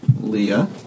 Leah